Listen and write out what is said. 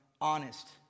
honest